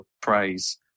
praise